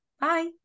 bye